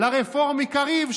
לרפורמי קריב,